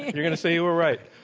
you're going to say you were right.